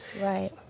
Right